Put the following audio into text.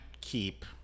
keep